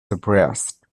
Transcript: suppressed